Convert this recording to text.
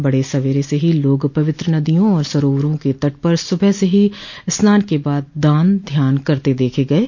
बड़े सवेरे से ही लोग पवित्र नदियों और सरोवरों के तट पर सुबह से ही स्नान के बाद दान ध्यान करते देखे गये